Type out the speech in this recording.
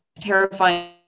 terrifying